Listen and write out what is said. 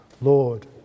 Lord